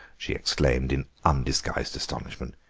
she exclaimed in undisguised astonishment,